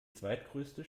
zweitgrößte